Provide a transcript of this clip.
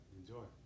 enjoy